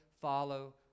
follow